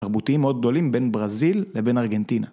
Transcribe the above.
תרבותיים מאוד גדולים בין ברזיל לבין ארגנטינה.